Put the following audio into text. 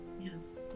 yes